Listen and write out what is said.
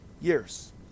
years